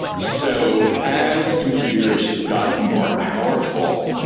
so, as computers have gotten more powerful,